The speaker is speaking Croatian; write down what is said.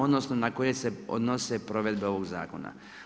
Odnosno, na koje se odnose provedbe ovog zakona.